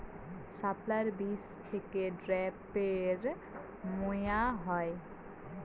শাপলার বীজ থেকে ঢ্যাপের মোয়া হয়?